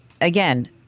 again